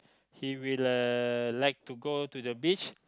he will uh like to go to the beach